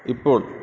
ഇപ്പോൾ